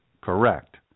correct